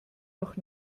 doch